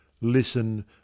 Listen